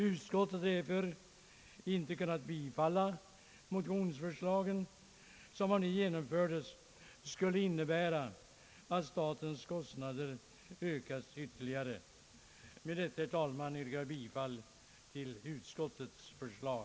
Utskottet har därför inte kunnat tillstyrka motionsförslaget som, om det genomfördes, skulle öka statens kostnader ytterligare. Med detta, herr talman, yrkar jag bifall till utskottets förslag.